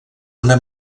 una